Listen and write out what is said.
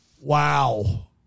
Wow